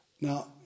Now